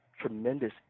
tremendous